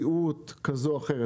לקביעות כזו או אחרת.